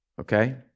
Okay